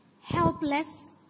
helpless